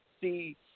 see –